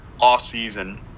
offseason